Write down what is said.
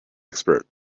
expert